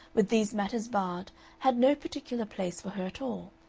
with these matters barred had no particular place for her at all,